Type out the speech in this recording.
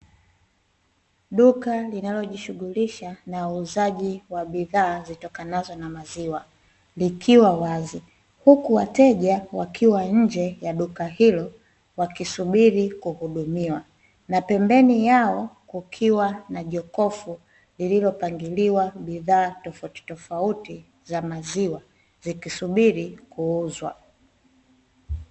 Duka linalojishughulisha na uuzaji wa bidhaa zitokanazo na maziwa likiwa wazi, huku wateja wakiwa nje ya duka hilo wakisubiri kuhudumiwa na pembeni yao kukiwa na jokofu lililopangiliwa bidhaa tofauti tofauti za maziwa zikisubiri kuuzwa.